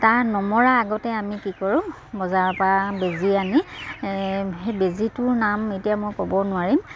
তাৰ নমৰা আগতে আমি কি কৰোঁ বজাৰৰ পৰা বেজী আনি সেই বেজীটোৰ নাম এতিয়া মই ক'ব নোৱাৰিম